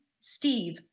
Steve